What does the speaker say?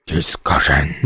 Discussion